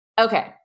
Okay